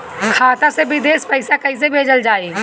खाता से विदेश पैसा कैसे भेजल जाई?